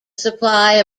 supply